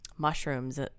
Mushrooms